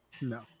no